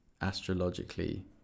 astrologically